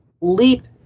leap